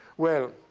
well,